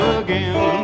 again